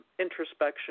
introspection